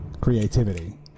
Creativity